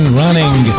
running